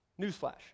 Newsflash